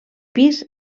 pis